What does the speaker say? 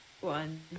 one